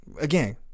again